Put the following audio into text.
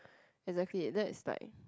exactly that's like